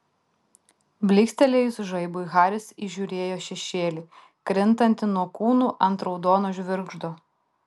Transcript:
blykstelėjus žaibui haris įžiūrėjo šešėlį krintantį nuo kūnų ant raudono žvirgždo